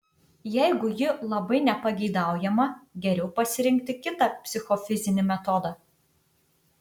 jeigu ji labai nepageidaujama geriau pasirinkti kitą psichofizinį metodą